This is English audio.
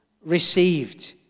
received